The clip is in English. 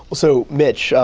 so mitch,